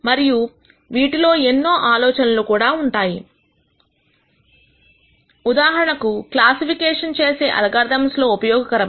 మరియు వీటిలో ఎన్నో ఆలోచనలు కూడా ఉదాహరణకు క్లాసిఫికేషన్ చేసే అల్గోరిథమ్స్ లో ఉపయోగకరం